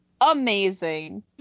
amazing